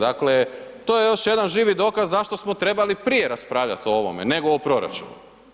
Dakle to je još jedan živi dokaz zašto smo trebali prije raspravljati o ovome nego o proračunu.